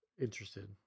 interested